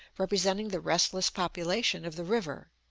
representing the restless population of the river,